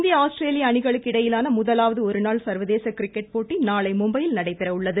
இந்திய ஆஸ்திரேலிய அணிகளுக்கு இடையிலான முதலாவது ஒருநாள் சர்வதேச கிரிக்கெட் போட்டி நாளை மும்பையில் நடைபெற உள்ளது